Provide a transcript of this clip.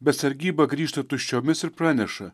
bet sargyba grįžta tuščiomis ir praneša